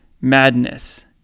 madness